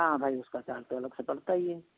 हाँ भाई उसका चार्ज तो अलग से पड़ता ही है